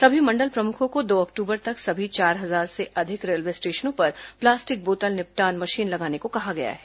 सभी मंडल प्रमुखों को दो अक्टूबर तक सभी चार हजार से अधिक रेलवे स्टेशनों पर प्लास्टिक बोतल निपटान मशीन लगाने को कहा गया है